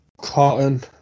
cotton